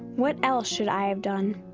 what else should i have done?